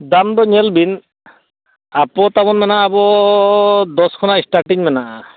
ᱫᱟᱢ ᱫᱚ ᱧᱮᱞ ᱵᱚᱱ ᱳᱯᱳ ᱛᱟᱵᱚᱱ ᱢᱮᱱᱟᱜᱼᱟ ᱟᱵᱚ ᱫᱚᱥ ᱠᱷᱚᱱᱟᱜ ᱥᱴᱟᱨᱴᱤᱝ ᱢᱮᱱᱟᱜᱼᱟ